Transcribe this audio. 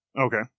Okay